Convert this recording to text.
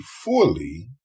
fully